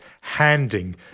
handing